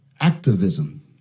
activism